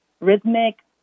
rhythmic